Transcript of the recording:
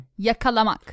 Yakalamak